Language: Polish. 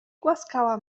głaskała